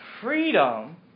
Freedom